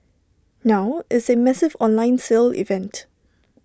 now it's A massive online sale event